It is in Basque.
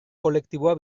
kolektiboa